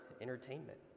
entertainment